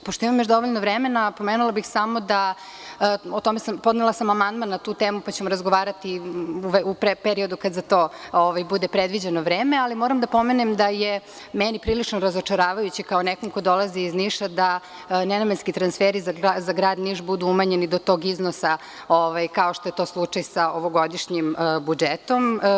Pošto imam još dovoljno vremena, pomenula bih samo, podnela sam i amandman na tu temu, pa ćemo razgovarati u periodu kada za to bude predviđeno vreme, ali moram da pomenem da je meni prilično razočaravajuće kao nekom ko dolazi iz Niša da ne namenski transferi za Grad Niš budu umanjeni do tog iznosa kao što je to slučaj sa ovogodišnjim budžetom.